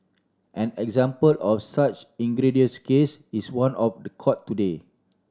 an example of such egregious case is one of the court today